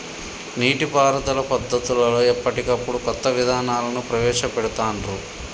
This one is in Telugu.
నీటి పారుదల పద్దతులలో ఎప్పటికప్పుడు కొత్త విధానాలను ప్రవేశ పెడుతాన్రు